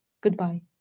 goodbye